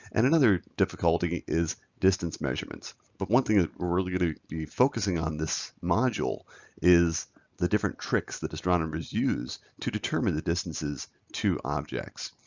and another difficulty is distance measurements. but one thing that we're really going to be focusing on this module is the different tricks that astronomers use to determine the distances to objects.